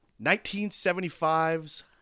1975's